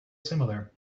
similar